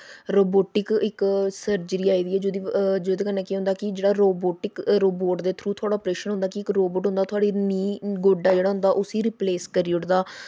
robotic इक surgery आई दी ऐ जेह्दे कन्नै केह् होंदा कि जेह्ड़ा रोबोटिक रोबोट दे थरू इक अप्रेशन होंदा कि इक रोबोट होंदा थोआढ़ी नीह् गोड्डा जेह्ड़ा होंदा उस्सी रिपलेस करी ओड़दा